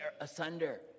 asunder